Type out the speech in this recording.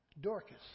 Dorcas